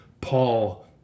Paul